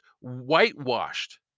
whitewashed